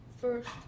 first